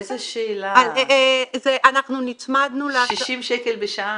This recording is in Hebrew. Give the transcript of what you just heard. אנחנו נצמדנו ל --- איזה שאלה, 60 שקל בשעה.